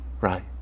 Right